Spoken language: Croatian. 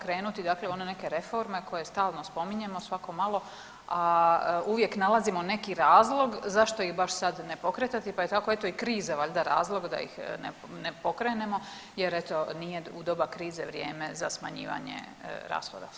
Krenuti dakle u one neke reforme koje stalno spominjemo, svako malo, a uvijek nalazimo neki razlog zašto ih baš sad ne pokretati, pa je tako eto i kriza valjda razlog da ih ne pokrenemo jer eto nije u doba krize vrijeme za smanjivanje rashoda.